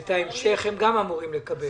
את ההמשך הם אמורים לקבל.